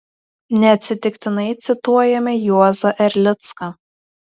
neatsitiktinai cituojame juozą erlicką